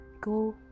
Go